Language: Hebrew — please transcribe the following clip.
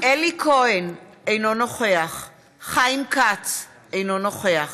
אלי כהן, אינו נוכח חיים כץ, אינו נוכח